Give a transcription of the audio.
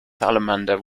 salamander